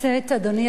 אדוני השר,